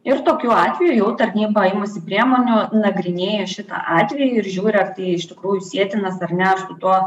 ir tokiu atveju jau tarnyba imasi priemonių nagrinėja šitą atvejį ir žiūri ar tai iš tikrųjų sietinas ar ne su tuo